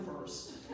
first